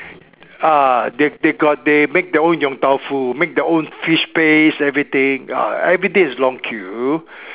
ah they they got they make their own Yong-Tau-Foo make their own fish paste and everything ah everyday is long queue